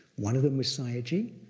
one of them was sayagyi,